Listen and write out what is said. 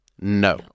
No